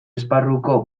esparruko